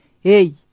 hey